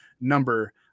number